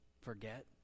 forget